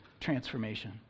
transformation